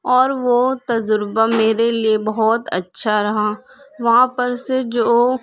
اور وہ تجربہ میرے لیے بہت اچھا رہا وہاں پر سے جو